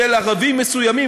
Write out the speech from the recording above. של ערבים מסוימים,